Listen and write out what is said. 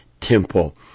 temple